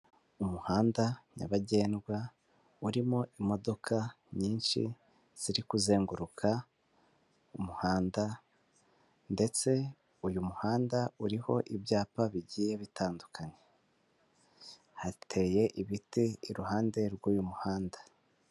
Umuhanda nyabagendwa urimo imodoka nyinshi ziri kuzenguruka umuhanda ndetse uyu muhanda uriho ibyapa bigiye bitandukanye, hateye ibiti iruhande rw'uyu muhanda.